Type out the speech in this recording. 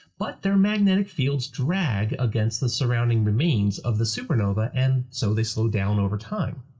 but their magnetic fields drag against the surrounding remains of the supernova, and so they slow down over time.